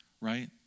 right